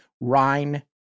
Rhine